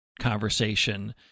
conversation